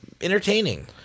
entertaining